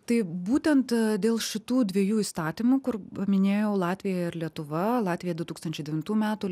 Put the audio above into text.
tai būtent dėl šitų dviejų įstatymų kur paminėjau latvija ir lietuva latvija du tūkstančiai devintų metų